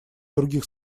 других